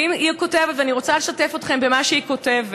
והיא כותבת, ואני רוצה לשתף אתכם במה שהיא כותבת: